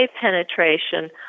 penetration